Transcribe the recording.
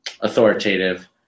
authoritative